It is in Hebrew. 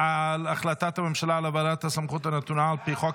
על החלטת הממשלה על העברת הסמכות הנתונה על פי חוק